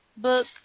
book